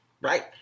right